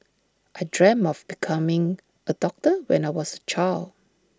I dreamt of becoming A doctor when I was A child